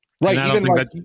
Right